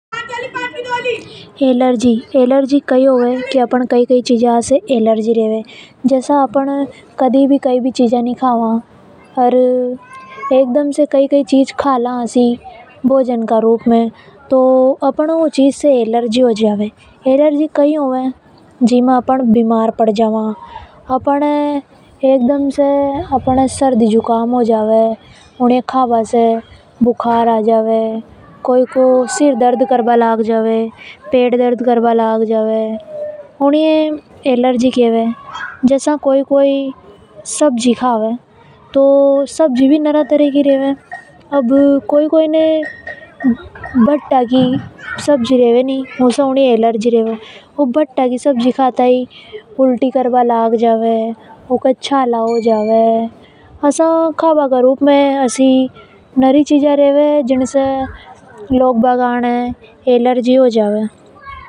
एलर्जी कई होवे या वो चीज होवे जो कई कई चीज का काबा से होवे। अपन कभी नि कोई चीज ए कभी नि का वा और कभी कभी कावा तो अपन ए एलर्जी हो जावे। जीके कारण अपन बीमार पड़ जावा। एलर्जी के कारण सर दर्द, जुकाम, पेट दर्द ऐसी घणी सारी बीमारियां हो जावे। कोई कोई य सब्जी से भी एलर्जी होवे तो कभी कभी उन सब्जी ए का लेवे तो उन्हें उल्टी हो जावे। इने ही एलर्जी के वे है।